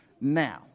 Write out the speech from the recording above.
now